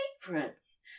favorites